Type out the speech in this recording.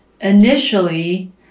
initially